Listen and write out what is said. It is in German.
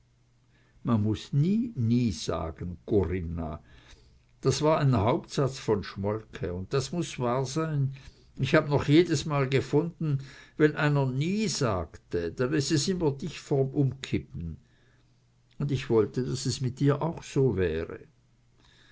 man muß nie nie sagen corinna das war ein hauptsatz von schmolke un das muß wahr sein ich habe noch jedesmal gefunden wenn einer nie sagte dann is es immer dicht vorm umkippen un ich wollte daß es mit dir auch so wäre